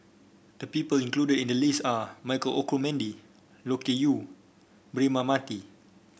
the people included in the list are Michael Olcomendy Loke Yew Braema Mathi